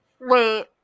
Wait